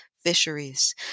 fisheries